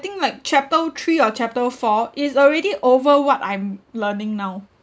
think like chapter three or chapter four is already over what I'm learning now